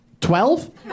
Twelve